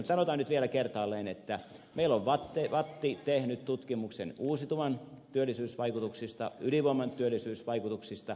mutta sanotaan nyt vielä kertaalleen että meillä on vatt tehnyt tutkimuksen uusituvan työllisyysvaikutuksista ydinvoiman työllisyysvaikutuksista